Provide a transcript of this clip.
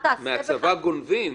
מהצבא גונבים